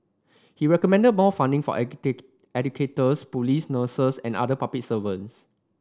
he recommended more funding for educators police nurses and other public servants